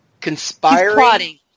conspiring